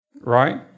Right